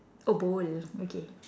oh bowl okay